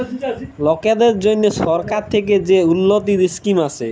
লকদের জ্যনহে সরকার থ্যাকে যে উল্ল্যতির ইসকিম আসে